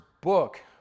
book